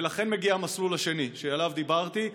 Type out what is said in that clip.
ולכן מגיע המסלול השני שעליו דיברתי,